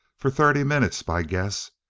for thirty minutes by guess.